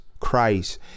Christ